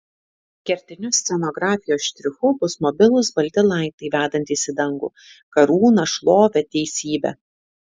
kertiniu scenografijos štrichu bus mobilūs balti laiptai vedantys į dangų karūną šlovę teisybę